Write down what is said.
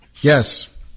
Yes